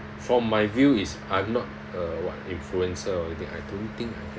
from my view it's I'm not uh what influencer or anything I don't think I